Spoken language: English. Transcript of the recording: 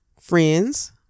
friends